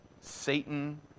Satan